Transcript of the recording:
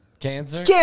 Cancer